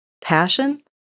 passion